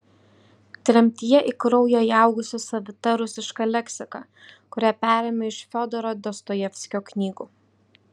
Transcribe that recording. tremtyje į kraują įaugusi savita rusiška leksika kurią perėmė iš fiodoro dostojevskio knygų